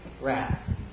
wrath